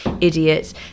idiots